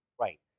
Right